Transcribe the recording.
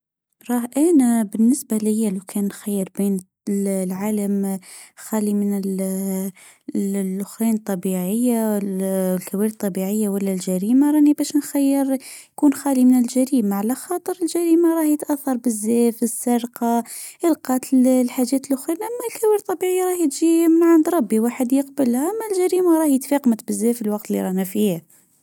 راه انا بالنسبة ليا لو كان مخير بين العالم خالي من الطبيعي الطبيعية ولا الجريمة راني باش نخيري ما راهي تاثر بزاف القتل الحاجات من عند ربي واحد بزاف الوقت لي رانا فيه